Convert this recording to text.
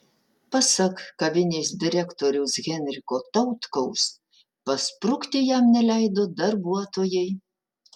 pasak kavinės direktoriaus henriko tautkaus pasprukti jam neleido darbuotojai